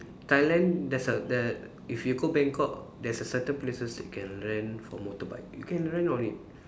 Thailand there's a there if you go Bangkok there's a certain places that you can learn for motorbike you can learn on it